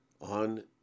on